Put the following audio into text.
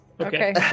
Okay